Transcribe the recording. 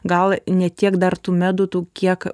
gal ne tiek dar tų medodų kiek